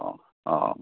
ହଁ ହଁ